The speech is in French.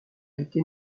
été